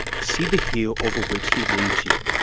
see the heel over which he leads you.